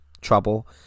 trouble